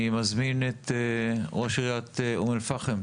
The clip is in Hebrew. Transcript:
אני מזמין את ראש עיריית אום אל פאחם,